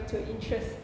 to interest